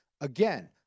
Again